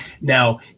now